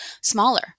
smaller